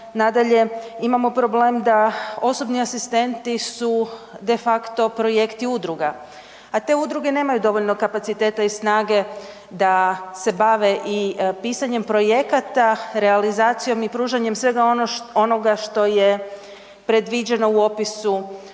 Nadalje, imamo problem da osobni asistenti su de faco projekti udruga, a te udruge nemaju dovoljno kapaciteta i snage da se bave i pisanjem projekata, realizacijom i pružanjem svega onoga što je predviđeno u opisu osobnih